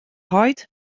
heit